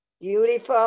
Beautiful